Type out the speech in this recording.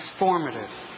transformative